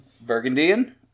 burgundian